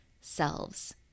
selves